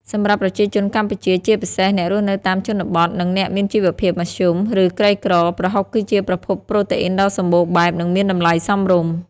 សម្រាប់ប្រជាជនកម្ពុជា ជាពិសេសអ្នករស់នៅតាមជនបទ និងអ្នកមានជីវភាពមធ្យម ឬក្រីក្រ ប្រហុកគឺជាប្រភពប្រូតេអ៊ីនដ៏សម្បូរបែប និងមានតម្លៃសមរម្យ។